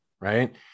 Right